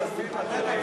מקובל עלי.